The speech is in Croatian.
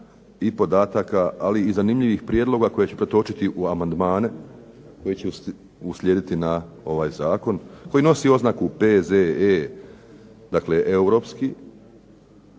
i podataka, ali i zanimljivih prijedloga koje ću pretočiti u amandmane koji će uslijediti na ovaj zakon koji nosi oznaku P.Z.E., dakle europski,